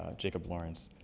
ah jacob lawrence.